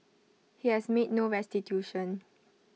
he has made no restitution